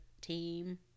team